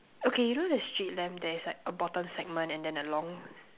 okay you know the street lamp there is like a bottom segment and then a long